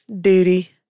duty